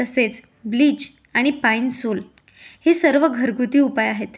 तसेच ब्लीच आणि Pine Sol हे सर्व घरगुती उपाय आहेत